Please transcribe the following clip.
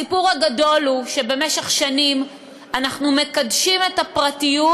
הסיפור הגדול הוא שבמשך שנים אנחנו מקדשים את הפרטיות,